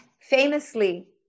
Famously